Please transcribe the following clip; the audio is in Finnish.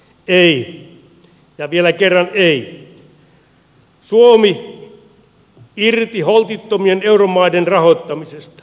ei ja vielä kerran ei suomi irti holtittomien euromaiden rahoittamisesta